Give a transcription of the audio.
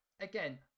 Again